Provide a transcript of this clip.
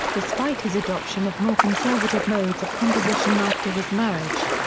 despite his adoption of more conservative modes of composition after his marriage.